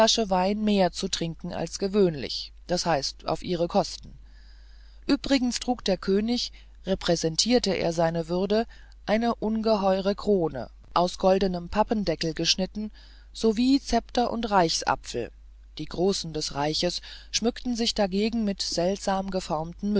mehr zu trinken als gewöhnlich d h auf ihre kosten übrigens trug der könig repräsentierte er seine würde eine ungeheure krone aus goldnem pappendeckel geschnitten sowie zepter und reichsapfel die großen des reichs schmückten sich dagegen mit seltsam geformten